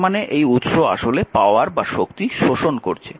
তার মানে এই উৎস আসলে শক্তি শোষণ করছে